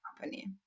company